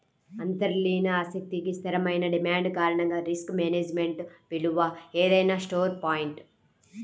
అంతర్లీన ఆస్తికి స్థిరమైన డిమాండ్ కారణంగా రిస్క్ మేనేజ్మెంట్ విలువ ఏదైనా స్టోర్ పాయింట్